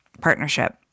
partnership